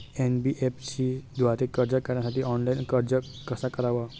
NBFC द्वारे कर्ज काढण्यासाठी ऑनलाइन अर्ज कसा करावा?